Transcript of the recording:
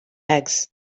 eggs